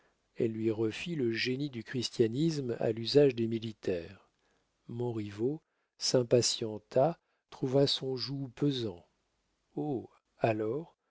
elle lui refit le génie du christianisme à l'usage des militaires montriveau s'impatienta trouva son joug pesant oh alors